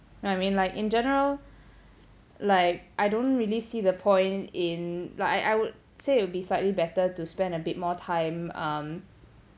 no I mean like in general like I don't really see the point in like I I would say it would be slightly better to spend a bit more time um